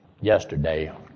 Yesterday